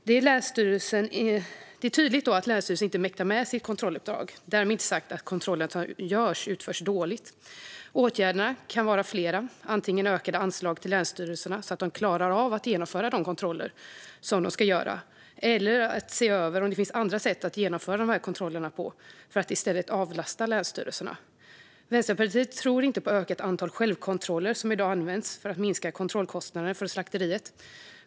Det är tydligt att länsstyrelserna inte mäktar med sitt kontrolluppdrag. Därmed är det inte sagt att de kontroller som görs utförs dåligt. Åtgärderna kan vara flera - antingen att ge ökade anslag till länsstyrelserna så att de klarar av att genomföra de kontroller de ska göra eller att se över om det finns andra sätt att genomföra kontrollerna på för att i stället avlasta länsstyrelserna. Vänsterpartiet tror inte på att öka antalet självkontroller, som i dag används för att minska kontrollkostnaderna för slakterierna.